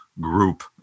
group